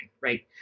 right